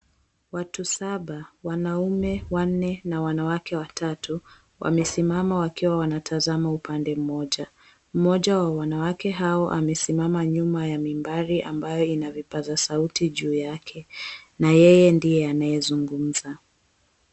Watu saba wanaume wanne na wanawake watatu wamesimama wakiwa wanatazama upande mmoja. Mmoja ya wanawake hao amesimama nyuma ya mimbari ambayo ina vipaza sauti juu yake na yeye ndiye anayezungumza.